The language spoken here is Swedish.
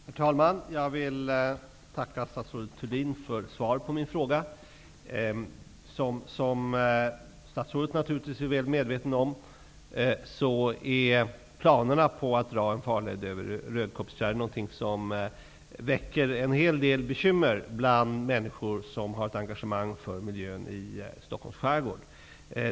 Herr talman! Jag vill tacka statsrådet Görel Thurdin för svaret på min fråga. Som statsrådet naturligtvis är väl medveten om är planerna på att dra en farled över Rödkobbsfjärden något som väcker en hel del bekymmer bland människor som har ett engagemang för miljön i Stockholms skärgård.